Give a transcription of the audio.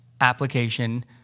application